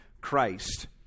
Christ